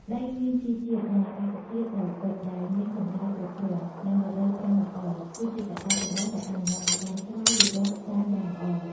ដីមានជីជាតិ និងអាកាសធាតុត្រូពិច ដែលមានកម្តៅគ្រប់គ្រាន់ និងរដូវប្រាំងល្អ គឺជាកត្តាចម្បងដែលអនុញ្ញាតឱ្យដើមស្វាយលូតលាស់បានយ៉ាងល្អ។